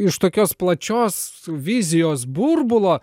iš tokios plačios vizijos burbulo